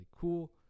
cool